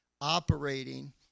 operating